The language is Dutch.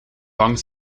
bang